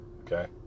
Okay